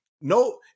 No